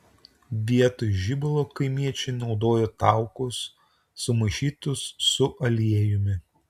vietoj žibalo kaimiečiai naudojo taukus sumaišytus su aliejumi